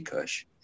Kush